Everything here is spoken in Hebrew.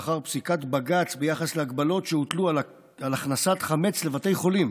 לאחר פסיקת בג"ץ ביחס להגבלות שהוטלו על הכנסת חמץ לבתי חולים,